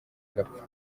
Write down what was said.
agapfa